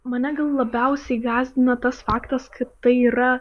mane labiausiai gąsdina tas faktas kad tai yra